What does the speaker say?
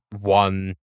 one